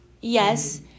yes